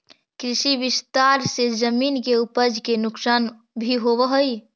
कृषि विस्तार से जमीन के उपज के नुकसान भी होवऽ हई